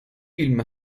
فیلم